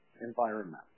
environment